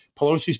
Pelosi's